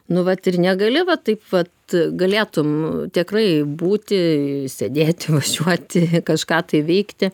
nu vat ir negali va taip vat galėtum tikrai būti sėdėti va šiuo atveju kažką tai veikti